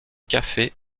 café